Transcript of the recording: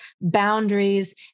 boundaries